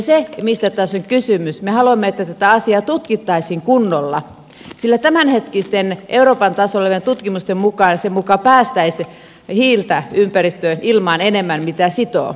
se mistä tässä on kysymys on että me haluamme että tätä asiaa tutkittaisiin kunnolla sillä tämänhetkisten euroopan tasolla olevien tutkimusten mukaan se muka päästäisi hiiltä ympäristöön ilmaan enemmän kuin se sitoo